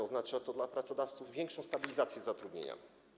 Oznacza to dla pracodawców większą stabilizację zatrudnienia.